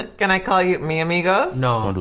can i call you mi a-migos? no. don't